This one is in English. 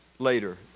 Later